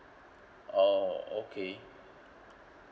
oh okay